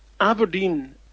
Aberdeen